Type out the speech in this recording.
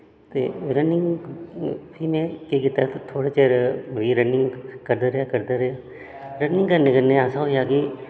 ते रनिंग फ्ही में केह् कीता थोह्ड़ा चिर रनिंग करदा रेहा करदा रेहा रनिंग करने कन्नै ऐसा होएआ कि